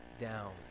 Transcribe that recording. down